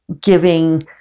giving